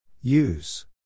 Use